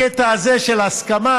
הקטע הזה של ההסכמה,